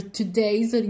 today's